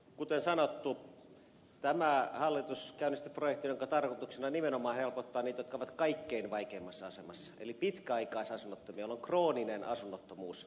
kuten sanottu tämä hallitus käynnisti projektin jonka tarkoituksena on nimenomaan helpottaa niitä jotka ovat kaikkein vaikeimmassa asemassa eli pitkäaikaisasunnottomia joilla on krooninen asunnottomuus